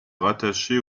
rattaché